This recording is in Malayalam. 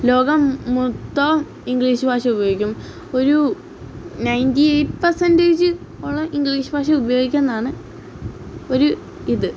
ലോകം മൊത്തവും ഇംഗ്ലീഷ് ഭാഷ ഉപയോഗിക്കും ഒരു നയൻറ്റി എയ്റ്റ് പേഴ്സൻറ്റേജ് ഉള്ള ഇംഗ്ലീഷ് ഭാഷ ഉപയോഗിക്കുമെന്നാണ് ഒരു ഇത്